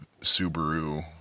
Subaru